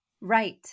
right